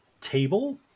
table